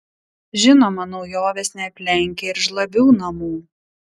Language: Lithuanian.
žinoma naujovės neaplenkia ir žlabių namų